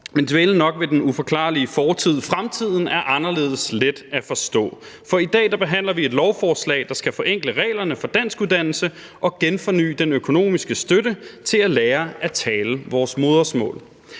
nok dvælen ved den uforklarlige fortid. Fremtiden er anderledes let at forstå. For i dag behandler vi et lovforslag, der skal forenkle reglerne for dansk uddannelse og genforny den økonomiske støtte til at lære at tale vores modersmål.